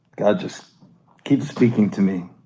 god just keeps speaking to me,